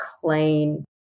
clean